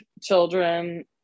children